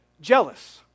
jealous